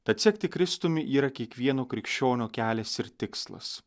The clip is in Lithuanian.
tad sekti kristumi yra kiekvieno krikščionio kelias ir tikslas